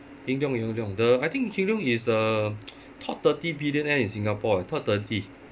hin leong hin leong the I think hin leong is the top thirty billionaire in Singapore ah top thirty